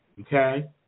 Okay